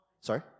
Sorry